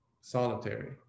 solitary